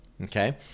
okay